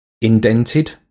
indented